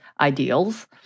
ideals